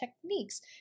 techniques